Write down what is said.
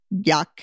yuck